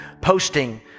Posting